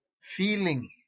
Feeling